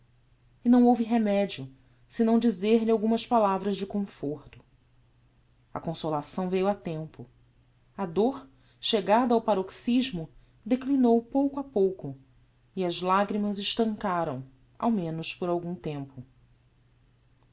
e não houve remedio se não dizer-lhe algumas palavras de conforto a consolação veiu a tempo a dor chegada ao paroxismo declinou pouco a pouco e as lagrimas estancaram ao menos por algum tempo